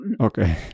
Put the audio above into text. Okay